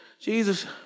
Jesus